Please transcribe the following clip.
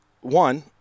one